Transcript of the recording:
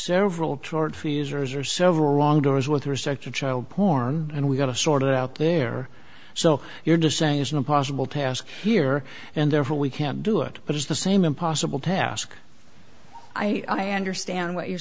several short freezers or several wrong doors with respect to child porn and we've got to sort it out there so you're just saying it's an impossible task here and therefore we can't do it but it's the same impossible task i understand what you're